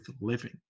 living